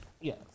Yes